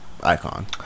icon